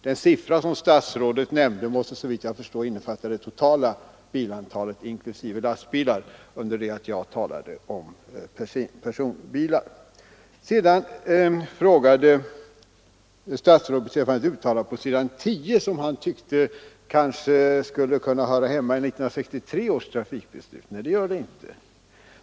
Den siffra som statsrådet nämnde måste såvitt jag förstår innefatta det totala antalet bilar inklusive lastbilar under det att jag talade om personbilar. Sedan frågade herr statsrådet om ett uttalande på s. 10 i betänkandet, som han tyckte kunde höra hemma i 1963 års trafikbeslut. Nej, det gör det inte.